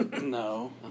No